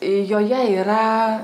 joje yra